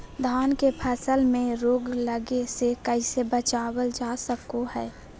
धान के फसल में रोग लगे से कैसे बचाबल जा सको हय?